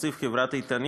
מתקציב חברת "איתנית",